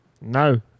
No